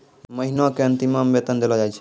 महिना के अंतिमो मे वेतन देलो जाय छै